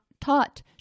taught